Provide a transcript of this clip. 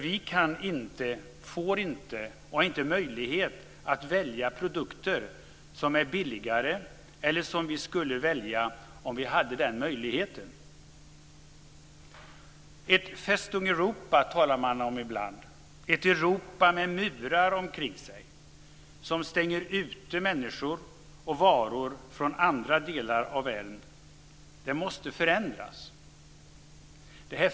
Vi kan inte, får inte och har inte möjlighet att välja produkter som är billigare eller som vi skulle välja om vi hade den möjligheten. Man talar ibland om ett Festung Europa, ett Europa med murar omkring sig som stänger ute människor och varor från andra delar av världen. Det måste förändras.